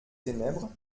ténèbres